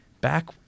back